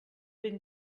ben